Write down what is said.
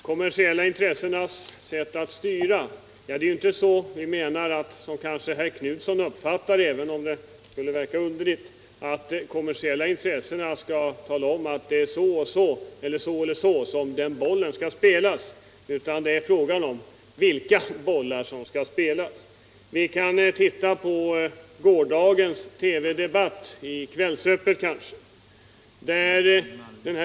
: Herr talman! Det är inte så som herr Knutson har uppfattat oss — det skulle ju verka underligt — att vi menar att de kommersiella intressena skall tala om att bollen skall spelas så och så, utan det är fråga om vilka bollar som skall spelas. Vi kan se på gårdagens TV-debatt i Kvällsöppet.